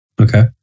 Okay